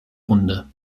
runde